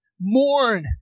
Mourn